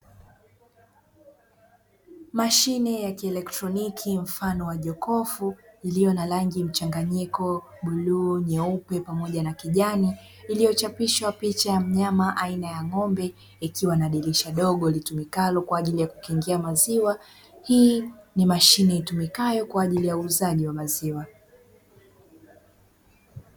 Mashine ya kielektroniki mfano wa jokofu iliyo na rangi mchanganyiko buluu, nyeupe pamoja na kijani iliyochapisha picha aina ya ng'ombe, ikiwa na dirisha dogo kwa ajili ya kukingia maziwa hii ni mashine itumikayo kwa ajili ya uuzaji wa maziwa.